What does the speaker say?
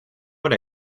what